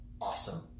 Awesome